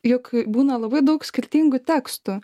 juk būna labai daug skirtingų tekstų